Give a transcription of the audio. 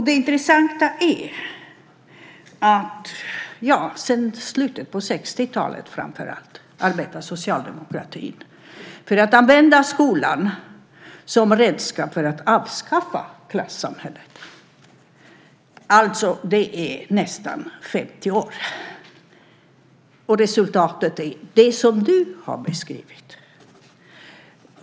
Det intressanta är att sedan slutet av 60-talet, framför allt, arbetar socialdemokratin för att använda skolan som redskap för att avskaffa klassamhället. Alltså: Det är nästan 50 år, och resultatet är det som du har beskrivit.